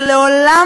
ולעולם,